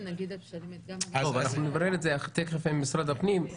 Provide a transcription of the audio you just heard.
תכף נברר את זה עם משרד הפנים.